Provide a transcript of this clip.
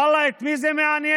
ואללה, את מי זה מעניין?